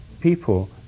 people